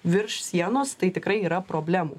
virš sienos tai tikrai yra problemų